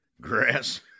Grass